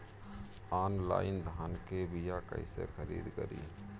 Online धान के बीया कइसे खरीद करी?